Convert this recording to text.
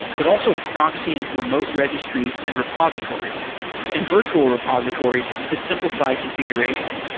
but also proxying remote registries and repositories and virtual repositories to simplify configuration.